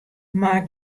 mar